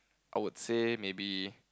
I would say maybe